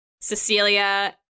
Cecilia